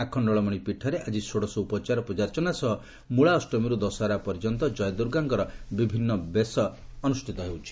ଆଖଖଖଳମଣି ପୀଠରେ ଆକି ଷୋଡଶ ଉପଚାର ପୂଜାର୍ଚ୍ଚନା ସହ ମ୍ଳାଅଷ୍ମୀରୁ ଦଶହରା ପର୍ଯ୍ୟନ୍ତ କୟଦୁର୍ଗାଙ୍କର ବିଭିନ୍ନ ବେଶ ହୋଇଛି